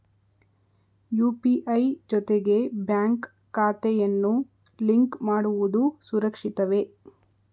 UPI ಜೊತೆಗೆ bank ಖಾತೆಯನ್ನು link ಮಾಡುವುದು ಸುರಕ್ಷಿತವೇ?